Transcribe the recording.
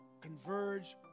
Converge